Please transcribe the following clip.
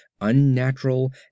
unnatural